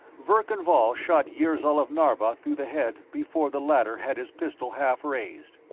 verkan vall shot yirzol of narva through the head before the latter had his pistol half raised.